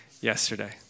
yesterday